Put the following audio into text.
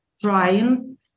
trying